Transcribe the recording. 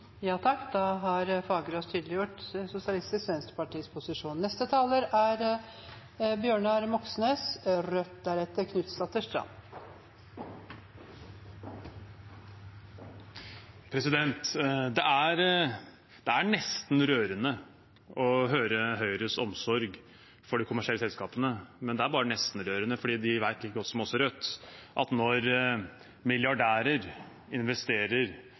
Det er nesten rørende å høre Høyres omsorg for de kommersielle selskapene, men det er bare nesten rørende. De vet like godt som oss i Rødt at når milliardærer investerer